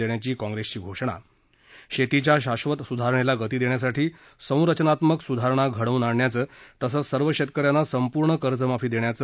देण्याची काँग्रेसची घोषणा शेतीच्या शाश्वत सुधारणेला गती देण्यासाठी संरचनात्मक सुधारणा घडवून आणण्याचं तसंच सर्व शेतकऱ्यांना संपूर्ण कर्जमाफी देण्याचं